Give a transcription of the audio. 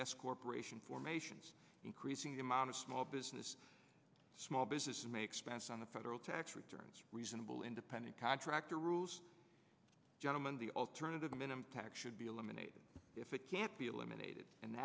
corp formations increasing the amount of small business small business it makes pass on the federal tax returns reasonable independent contractor rules gentleman the alternative minimum tax should be eliminated if it can't be eliminated and